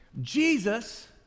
Jesus